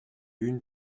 une